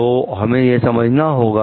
तो हमें यह समझना होगा